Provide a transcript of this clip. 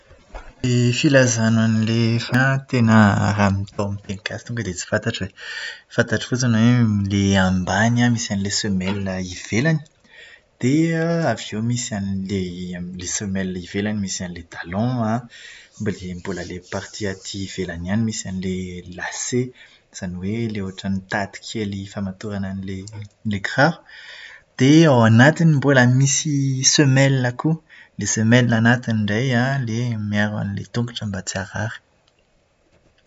Ny filazàna an'ilay raha atao amin'ny teny gasy tonga dia tsy fantatro e. Fantatro fotsiny hoe ilay ambany an, misy an'ilay "semelles" ivelany. Dia avy eo misy an'ilay, eo amin'ilay "semelles "ivelany misy an'ilay "talon" an, mbola ilay "partie" aty ivelany ihany misy an'ilay "lacets" izany hoe ilay ohatran'ny tady kely famatorana an'ilay ilay kiraro. Dia ao anatiny mbola misy "semelles" koa. Ilay semelles anatiny indray an, miaro an'ilay tongotra mba tsy harary.